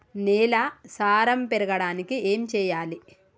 నేల సారం పెరగడానికి ఏం చేయాలి?